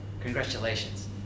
congratulations